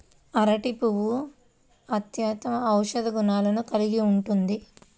అరటి పువ్వు అత్యుత్తమ ఔషధ గుణాలను కలిగి ఉంటుంది